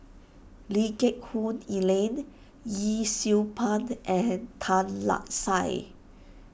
Lee Geck Hoon Ellen Yee Siew Pun and Tan Lark Sye